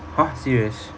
!huh! serious